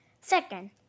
Second